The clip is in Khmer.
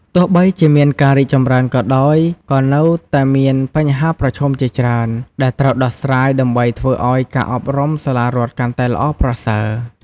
ទោះបីជាមានការរីកចម្រើនក៏ដោយ ក៏នៅតែមានបញ្ហាប្រឈមជាច្រើន ដែលត្រូវដោះស្រាយដើម្បីធ្វើឱ្យការអប់រំសាលារដ្ឋកាន់តែល្អប្រសើរ។